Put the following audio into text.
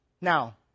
Now